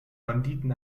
banditen